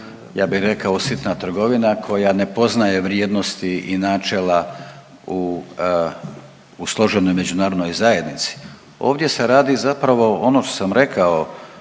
ja bi rekao sitna trgovina koja ne poznaje vrijednosti i načela u, u složenoj međunarodnoj zajednici. Ovdje se radi zapravo, ono što sam rekao,